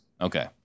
Okay